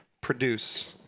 produce